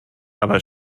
aber